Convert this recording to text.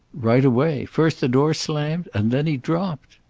right away. first the door slammed, and then he dropped.